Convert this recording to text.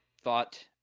thought